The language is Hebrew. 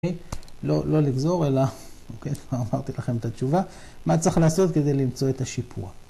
לא לגזור, אלא אמרתי לכם את התשובה, מה צריך לעשות כדי למצוא את השיפוע?